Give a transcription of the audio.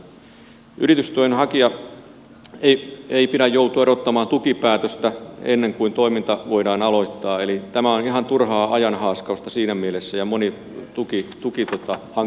yritystuen hakijan ei pidä joutua odottamaan tukipäätöstä ennen kuin toiminta voidaan aloittaa eli tämä on ihan turhaa ajan haaskausta siinä mielessä ja moni tukihanke viivästyy